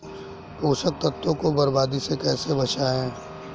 पोषक तत्वों को बर्बादी से कैसे बचाएं?